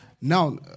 Now